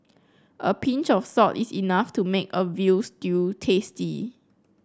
a pinch of salt is enough to make a veal stew tasty